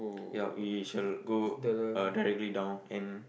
ya we shall go uh directly down and